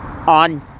On